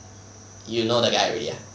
you know the guy already ah